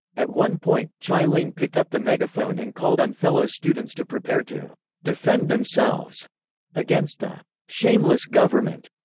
at one point, chai ling picked up the megaphone and called on fellow students to prepare to defend themselves against the shameless government.